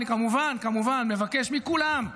אני כמובן מבקש מכולם,